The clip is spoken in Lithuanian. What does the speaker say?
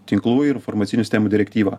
tinklų ir informacinių sistemų direktyvą